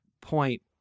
point